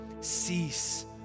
cease